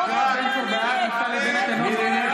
בוא, בעד הטרור,